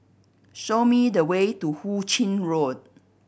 show me the way to Hu Ching Road